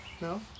No